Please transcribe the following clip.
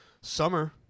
summer